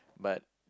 but